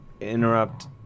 interrupt